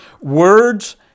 Words